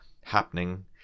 happening